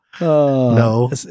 No